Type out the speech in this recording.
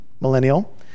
millennial